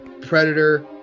Predator